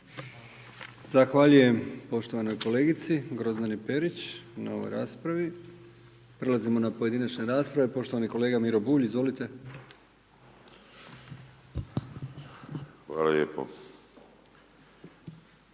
Zahvaljujem poštovanoj kolegici Grozdani Perić, na ovoj raspravi. Prelazimo na pojedinačne rasprave, poštovani kolega Miro Bulj, izvolite. **Bulj,